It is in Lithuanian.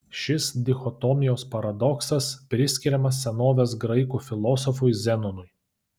šis dichotomijos paradoksas priskiriamas senovės graikų filosofui zenonui